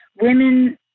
women